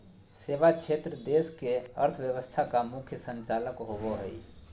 सेवा क्षेत्र देश के अर्थव्यवस्था का मुख्य संचालक होवे हइ